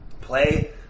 play